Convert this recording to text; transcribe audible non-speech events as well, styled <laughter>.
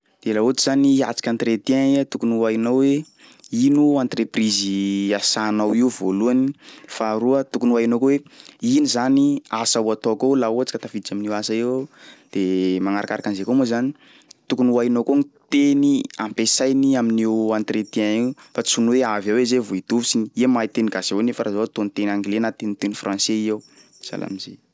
De raha ohatsy zany iatriky entretien iha tokony ho hainao hoe ino erntreprise <noise> iasanao io voalohany, faharoa tokony ho hainao koa hoe ino zany asa ho ataoko ao laha ohatsy ka tafiditsy amin'io asa io aho <noise> de magnarakaraka an'zay koa moa zany, tokony ho hainao koa m- teny ampiasainy amin'io entretien io fa tsy ny hoe avy eo iha zay vao idofotry igny, iha mahay teny gasy avao nefa raha zao ataony teny anglais na ataony teny français io sahala am'zay.